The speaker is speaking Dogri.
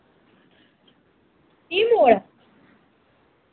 पी मोड़